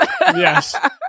Yes